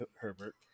Herbert